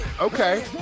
Okay